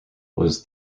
was